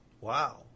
Wow